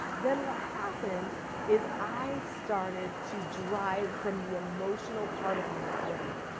then what happened is i started to drive from the emotional part of my brain.